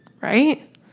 right